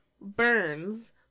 burns